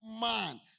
man